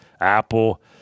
apple